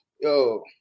yo